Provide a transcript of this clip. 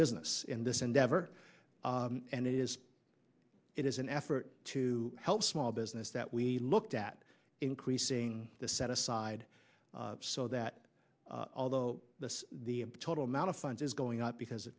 business in this endeavor and it is it is an effort to help small business that we looked at increasing the set aside so that although the total amount of funds is going up because